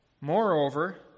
Moreover